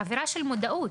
אלא עבירה של מודעות.